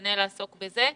יתפנה לעסוק בזה.